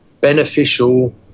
beneficial